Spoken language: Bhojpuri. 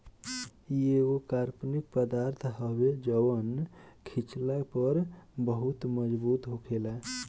इ एगो कार्बनिक पदार्थ हवे जवन खिचला पर बहुत मजबूत होखेला